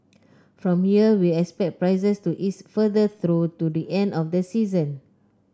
from here we expect prices to ease further through to the end of the season